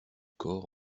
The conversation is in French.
corps